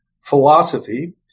philosophy